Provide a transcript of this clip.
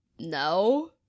No